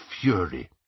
fury